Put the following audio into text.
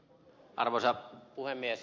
arvoisa puhemies